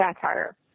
satire